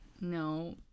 No